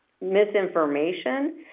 misinformation